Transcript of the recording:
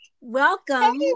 Welcome